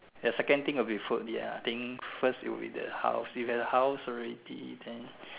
the second thing will be food ya I think first it will be the house if have a house already then